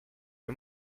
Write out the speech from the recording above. les